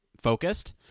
focused